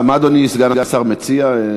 מה אדוני סגן השר מציע?